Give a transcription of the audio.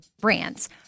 brands